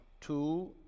Two